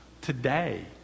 today